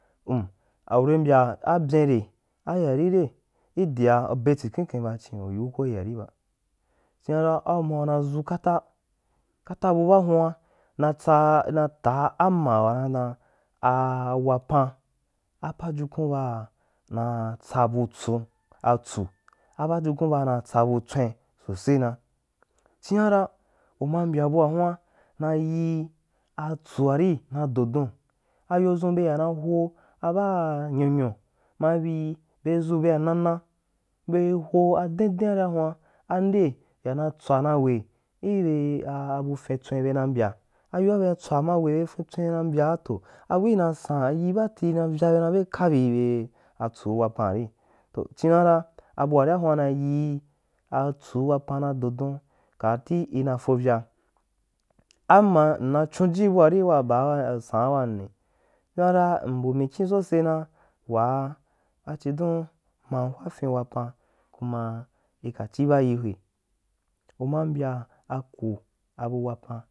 Hm a urimbya abyen re ayearire idia betsik en ken badin uyiu ko yeari ba chimana au ma una dʒu kata kata bu ba huan na ta amma wana dam a wapan, a pajukun ba na tsa bu tso atsu apujukun ba na tsa butswen sose na jian ra uma mbya bua bwen nayi atsuari na do don ayodʒun keya na ho a baa nyanyo, ma bi bei dʒu bea nana bei ho a den dearia huan ande yana tswa na we ibe abu fintswe be na mbya ayoa be ma tsua ma we be bu fisntswen na mbya toh, abul na san yi baati na vyabe dab be kabil be tsu wapan ari, toh chiyana abua ria huan na yii atsuu wapan na dodon kati iba fovya amma mna chunji buari waba saanwonni numaa mbunikyin sose na waa a chidon mam hwa fin wapan kuma i ka chiba yi hwe uma mbya ako bu mpuro.